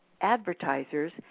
advertisers